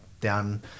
Down